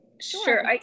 Sure